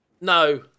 No